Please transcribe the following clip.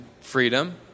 freedom